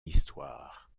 histoire